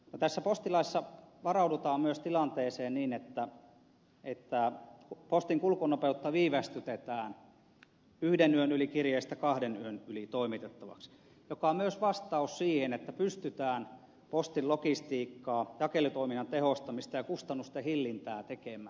no tässä postilaissa varaudutaan myös tilanteeseen niin että postin kulkunopeutta viivästytetään yhden yön yli kirjeestä kahden yön yli toimitettavaksi joka on myös vastaus siihen että pystytään postin logistiikkaa jakelutoiminnan tehostamista ja kustannusten hillintää tekemään